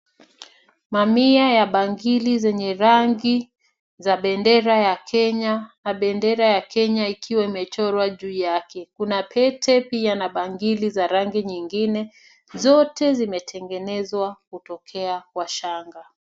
Mamia ya bangili zenye rangi za bendera ya Kenya na bendera ya Kenya ikiwa imechorwa juu yake. Kuna pete pia na bangili za rangi nyingine, zote zimetengenezwa kutokea kwa shanga.